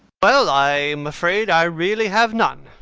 well, i am afraid i really have none.